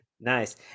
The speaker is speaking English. Nice